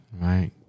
Right